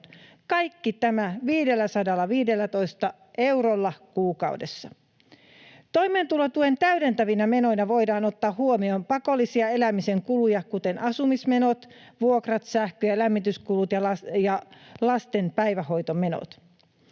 Kaikki tämä 515 eurolla kuukaudessa. Toimeentulotuen täydentävinä menoina voidaan ottaa huomioon pakollisia elämisen kuluja, kuten asumismenot, vuokrat, sähkö‑ ja lämmityskulut ja lasten päivähoitomenot.